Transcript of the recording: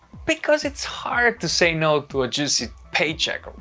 because it's hard to say no to a juicy paycheck.